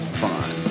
fun